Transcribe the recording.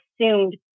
assumed